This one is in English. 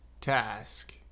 Task